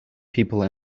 people